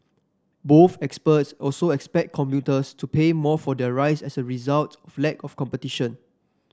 both experts also expect commuters to pay more for their rides as a result the lack of competition